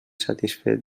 satisfet